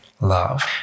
love